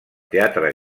teatre